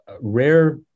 rare